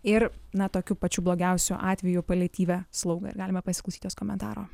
ir na tokiu pačių blogiausiu atveju paliatyvią slaugą ir galime pasiklausyti jos komentaro